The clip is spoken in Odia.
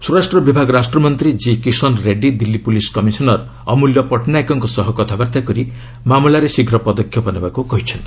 ସ୍ୱରାଷ୍ଟ୍ର ବିଭାଗ ରାଷ୍ଟ୍ରମନ୍ତ୍ରୀ ଜି କିଷନ୍ ରେଡ୍ଡୀ ଦିଲ୍ଲୀ ପୁଲିସ୍ କମିଶନର ଅମ୍ଲ୍ୟ ପଟ୍ଟନାୟକଙ୍କ ସହ କଥାବାର୍ତ୍ତା କରି ମାମଲାରେ ଶୀଘ୍ର ପଦକ୍ଷେପ ନେବାକୁ କହିଛନ୍ତି